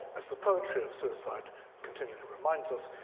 as the poetry of suicide continually reminds us,